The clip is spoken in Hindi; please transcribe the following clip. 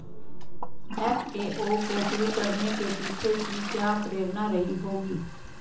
एफ.ए.ओ को शुरू करने के पीछे की क्या प्रेरणा रही होगी?